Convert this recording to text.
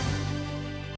Дякую.